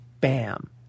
Bam